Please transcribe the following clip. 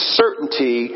certainty